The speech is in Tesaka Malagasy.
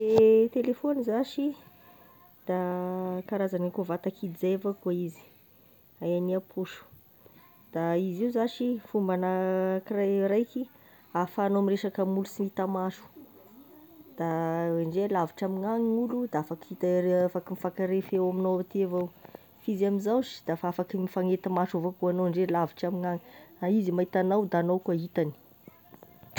E telefaony zashy, da karazagny e koa vata kidy zao akoa izy hay hany aposo, da izy io zashy fomba ana kiray raiky afahanao miresaky aming'olo sy hita maso, da ndre lavitra amignany gn'olo, dafa afaky hita- re- mifanka afaky mifankare feo amignao aty evao, f'izy amin'izao sh dafa afaky mifagnety maso avao koa anao ndre lavitra amignany da izy mahita anao da anao koa hitany.